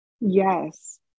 Yes